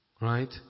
right